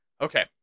Okay